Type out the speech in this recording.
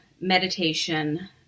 meditation